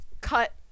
cut